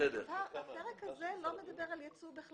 הפרק הזה לא מדבר על יצוא.